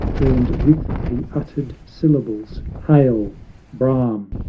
burned with the uttered syllables, hail brahm!